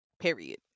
Period